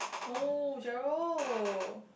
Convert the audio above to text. oh Sharol